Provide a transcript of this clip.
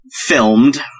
filmed